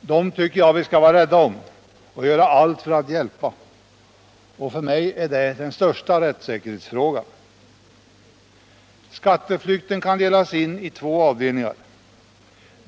Dem tycker jag att vi skall vara rädda om och göra allt för att hjälpa. För mig är detta än den största rättssäkerhetsfråga. Skatteflykten kan delas in i två avdelningar.